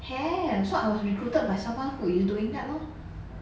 have so I was recruited by someone who is doing that lor